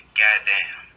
goddamn